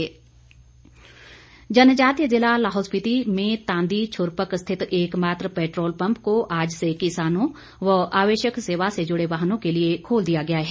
petrol pump जनजातीय ज़िला लाहौल स्पिति में तांदी छुरपक स्थित एकमात्र पैट्रोल पम्प को आज से किसानों व आवश्यक सेवा से जुड़े वाहनों के लिए खोल दिया गया है